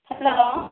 hello